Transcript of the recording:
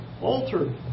altered